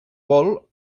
vol